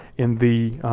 in the